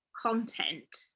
content